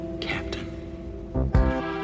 Captain